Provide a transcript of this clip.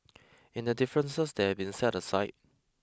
in the differences that have been set aside